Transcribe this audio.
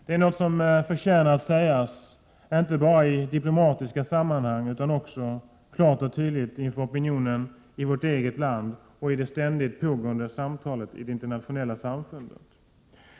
Det är något som förtjänar att sägas, inte bara i diplomatiska sammanhang utan också klart och tydligt inför opinionen i vårt eget land och i det ständigt pågående samtalet i det internationella samfundet.